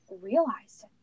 realized